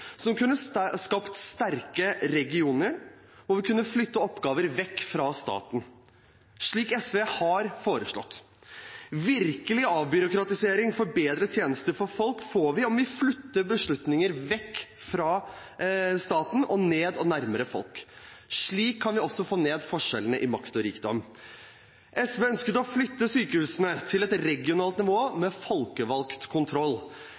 som kunne skapt sterke regioner, og hvor vi kunne flytte oppgaver vekk fra staten, slik SV har foreslått. Virkelig avbyråkratisering, for bedre tjenester for folk, får vi om vi flytter beslutninger vekk fra staten og ned og nærmere folk. Slik kan vi også få ned forskjellene i makt og rikdom. SV ønsket å flytte sykehusene til et regionalt nivå med folkevalgt kontroll.